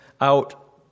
out